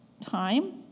time